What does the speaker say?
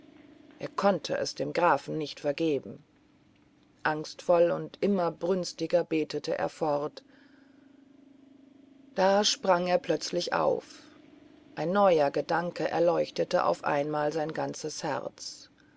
er konnte es dem grafen nicht vergeben angstvoll und immer brünstiger betete er fort da sprang er plötzlich auf ein neuer gedanke erleuchtete auf einmal sein ganzes herz